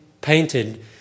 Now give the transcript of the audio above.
painted